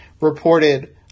reported